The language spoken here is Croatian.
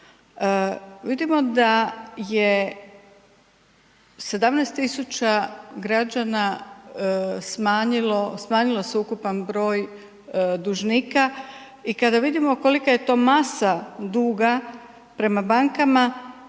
Vidimo da je 17.000 građana smanjilo, smanjio se ukupan broj dužnika i kada vidimo kolika je to masa duga prema bankama,